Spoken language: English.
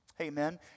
Amen